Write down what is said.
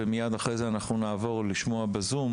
מיד אחרי זה נעבור לשמוע ב- Zoom,